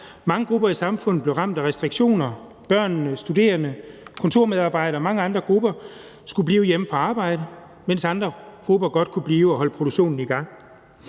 mange grupper i samfundet blev ramt af restriktioner. Børnene, de studerende, kontormedarbejdere og mange andre grupper skulle blive hjemme fra arbejde, mens andre grupper godt kunne blive og holde produktionen i gang.